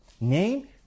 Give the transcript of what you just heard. Name